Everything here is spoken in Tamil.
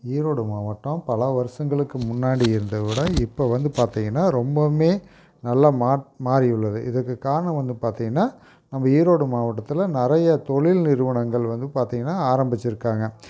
ஈரோடு மாவட்டம் பல வருஷங்களுக்கு முன்னாடி இருந்ததவுட இப்போ வந்து பார்த்திங்கன்னா ரொம்பவுமே நல்லா மாற் மாறியுள்ளது இதுக்குக் காரணம் வந்து பார்த்திங்கன்னா நம்ம ஈரோடு மாவட்டத்தில் நிறைய தொழில் நிறுவனங்கள் வந்து பார்த்திங்கன்னா ஆரம்பித்திருக்காங்க